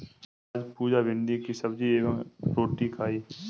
आज पुजा भिंडी की सब्जी एवं रोटी खाई